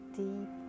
deep